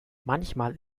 manchmal